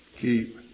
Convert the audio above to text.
keep